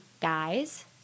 guys